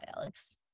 Alex